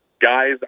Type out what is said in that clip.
guys